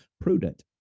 Prudent